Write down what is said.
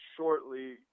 Shortly